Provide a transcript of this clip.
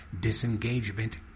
disengagement